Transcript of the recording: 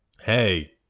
hey